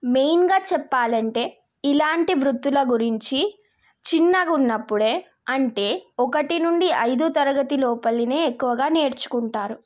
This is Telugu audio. మెయిన్గా చెప్పాలంటే ఇలాంటి వృత్తుల గురించి చిన్నగా ఉన్నప్పుడే అంటే ఒకటి నుండి ఐదు తరగతి లోపలినే ఎక్కువగా నేర్చుకుంటారు